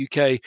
UK